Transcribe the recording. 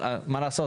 אבל מה לעשות,